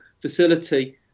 facility